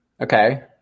Okay